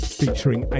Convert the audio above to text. featuring